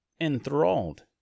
enthralled